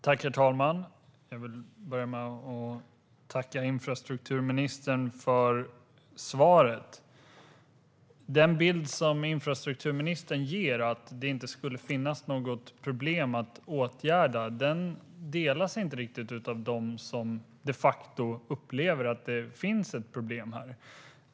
Herr talman! Jag vill börja med att tacka infrastrukturministern för svaret. Den bild som infrastrukturministern ger, att det inte skulle finnas något problem att åtgärda, delas inte riktigt av dem som de facto upplever att det finns ett problem.